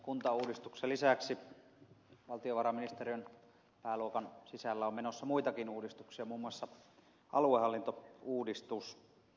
kuntauudistuksen lisäksi valtiovarainministeriön pääluokan sisällä on menossa muitakin uudistuksia muun muassa aluehallintouudistus